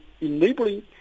enabling